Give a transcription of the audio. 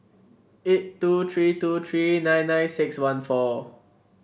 eight two three two three nine nine six one four